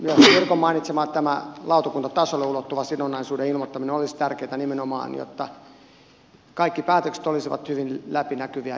myös tämä pirkon mainitsema lautakuntatasolle ulottuva sidonnaisuuden ilmoittaminen olisi tärkeätä nimenomaan jotta kaikki päätökset olisivat hyvin läpinäkyviä